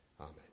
Amen